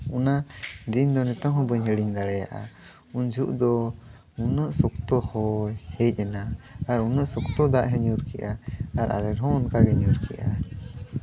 ᱚᱱᱟ ᱫᱤᱱ ᱫᱚ ᱱᱤᱛᱚᱝ ᱦᱚᱸ ᱵᱟᱹᱧ ᱦᱤᱲᱤᱧ ᱫᱟᱲᱮᱭᱟᱜᱼᱟ ᱩᱱ ᱡᱚᱠᱷᱚᱡ ᱫᱚ ᱩᱱᱟᱹᱜ ᱥᱚᱠᱛᱚ ᱦᱚᱭ ᱦᱮᱡ ᱮᱱᱟ ᱟᱨ ᱩᱱᱟᱹᱜ ᱥᱚᱠᱛᱚ ᱫᱟᱜ ᱮ ᱧᱩᱨ ᱠᱮᱜᱼᱟ ᱟᱨ ᱟᱨᱮᱹᱞ ᱦᱚᱸ ᱚᱱᱠᱟᱜᱮ ᱧᱩᱨ ᱠᱮᱜ ᱟᱭ